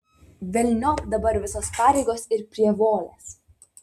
velniop dabar visos pareigos ir prievolės